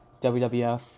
WWF